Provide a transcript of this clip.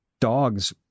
dogs